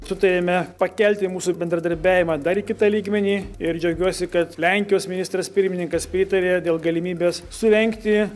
sutarėme pakelti mūsų bendradarbiavimą dar į kitą lygmenį ir džiaugiuosi kad lenkijos ministras pirmininkas pritarė dėl galimybės surengti